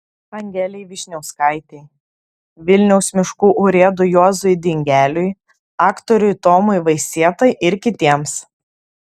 angelei vyšniauskaitei vilniaus miškų urėdui juozui dingeliui aktoriui tomui vaisietai ir kitiems